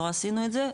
לא עשינו את זה.